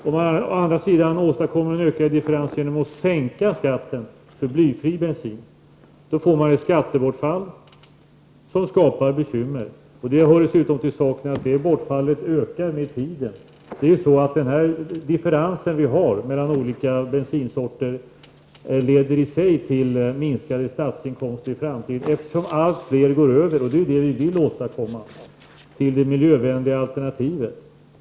Om man å andra sidan åstadkommer ökad differentiering genom att sänka skatten för blyfri bensin, får man skattebortfall, som skapar bekymmer. Dessutom hör till saken att bortfallet ökar med tiden. Den differens som vi har mellan bensinsorterna i sig leder till minskade statsinkomster i längden, eftersom allt fler går över -- det är vad vi vill åstadkomma -- till miljövänliga alternativ.